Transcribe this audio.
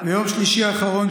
ביום שלישי האחרון,